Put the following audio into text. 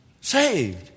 Saved